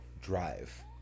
drive